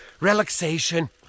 relaxation